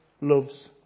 loves